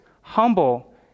humble